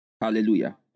Hallelujah